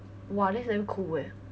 !wah! that's damn cool eh